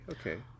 okay